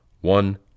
one